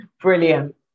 Brilliant